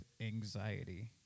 anxiety